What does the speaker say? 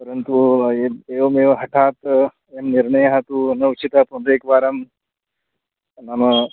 परन्तु अय् एवमेव हठात् एवं निर्णयः तु न उचितः पुनरेकवारं नाम